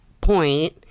point